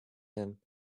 him